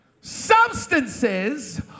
substances